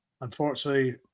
unfortunately